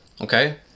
Okay